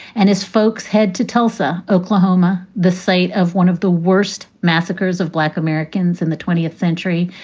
and his folks head to tulsa, oklahoma, the site of one of the worst massacres of black americans in the twentieth century.